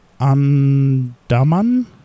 Andaman